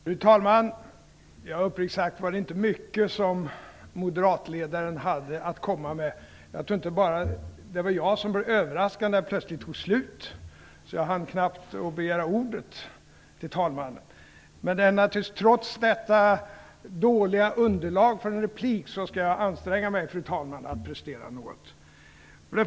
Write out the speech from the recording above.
Fru talman! Uppriktigt sagt var det inte mycket som moderatledaren hade att komma med. Jag tror inte att det bara var jag som blev överraskad när det plötsligt tog slut. Jag hann ju knappt begära ordet hos talmannen. Trots detta dåliga underlag för en replik skall jag, fru talman, anstränga mig att prestera något.